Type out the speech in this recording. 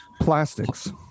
plastics